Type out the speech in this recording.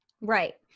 Right